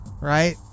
right